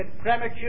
premature